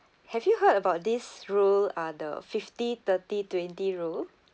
have you heard about this rule uh the fifty thirty twenty rule